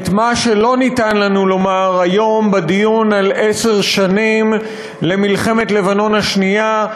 את מה שלא ניתן לנו לומר היום בדיון על עשר שנים למלחמת לבנון השנייה,